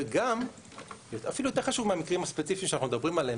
וגם אפילו יותר חשוב מהמקרים הספציפיים שאנחנו מדברים עליהם,